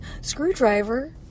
screwdriver